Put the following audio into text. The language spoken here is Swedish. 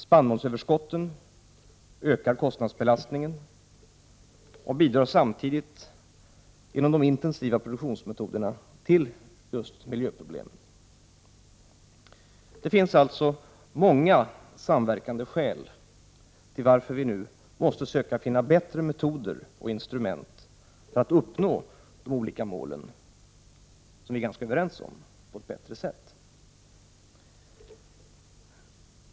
Spannmålsöverskotten ökar kostnadsbelastningen och bidrar samtidigt, genom de intensiva produktionsmetoderna, till just miljöproblem. Det finns alltså många samverkande skäl till varför vi nu måste söka finna bättre metoder för att på ett bättre sätt uppnå de olika mål som vi är ganska överens om.